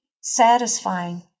satisfying